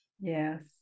yes